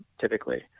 typically